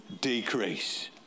decrease